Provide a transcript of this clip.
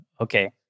Okay